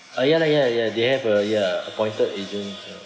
ah ya lah ya ya they have a ya appointed agent